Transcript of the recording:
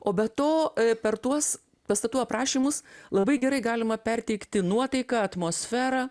o be to per tuos pastatų aprašymus labai gerai galima perteikti nuotaiką atmosferą